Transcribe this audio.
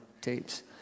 tapes